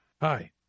Hi